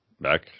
back